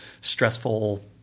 stressful